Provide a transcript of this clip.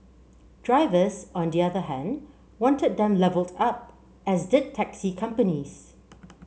drivers on the other hand wanted them levelled up as did taxi companies